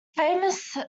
famous